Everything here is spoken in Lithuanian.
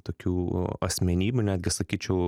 tokių asmenybių netgi sakyčiau